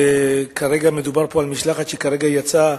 וכרגע מדובר על משלחת שיצאה